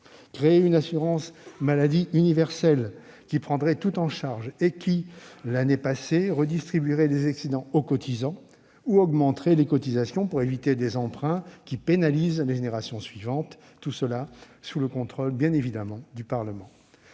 créer une assurance maladie universelle qui prendrait tout en charge et qui, l'année passée, redistribuerait les excédents aux cotisants ou augmenterait les cotisations pour éviter des emprunts qui pénalisent les générations suivantes, tout cela bien entendu sous le contrôle du Parlement